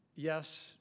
Yes